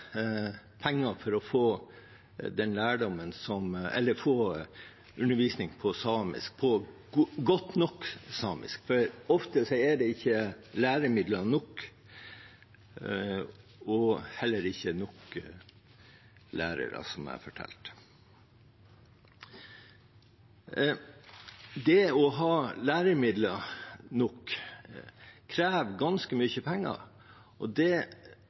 penger for å få undervisning på godt nok samisk, for ofte er det ikke nok læremidler og heller ikke nok lærere, som jeg fortalte om. Det å ha nok læremidler krever ganske mye penger, og det